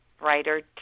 writer